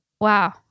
Wow